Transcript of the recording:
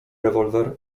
rewolwer